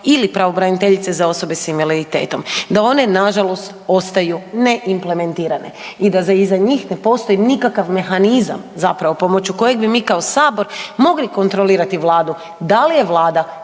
ili pravobraniteljice za osobe s invaliditetom da one nažalost ostaju ne implementirane i da za njih ne postoji nikakav mehanizam zapravo pomoću kojeg mi kao Sabor mogli kontrolirati Vladu da li je Vlada